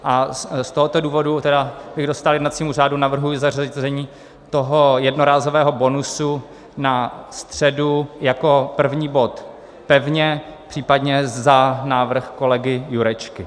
A z tohoto důvodu, abych dostál jednacímu řádu, navrhuji zařazení jednorázového bonusu na středu jako první bod pevně, případně za návrh kolegy Jurečky.